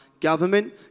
government